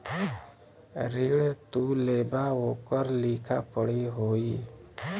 ऋण तू लेबा ओकर लिखा पढ़ी होई